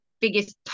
biggest